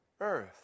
earth